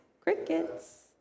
Crickets